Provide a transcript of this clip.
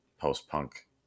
post-punk